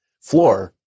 floor